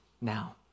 now